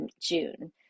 June